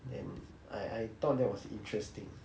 and I I thought that was interesting